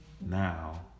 now